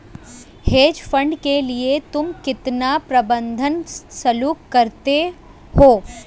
Hedge fund के लिए तुम कितना प्रबंधन शुल्क भरते हो?